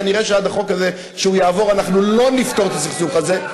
כנראה עד שהחוק הזה יעבור אנחנו לא נפתור את הסכסוך הזה.